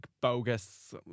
bogus